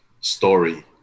story